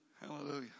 Hallelujah